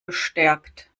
bestärkt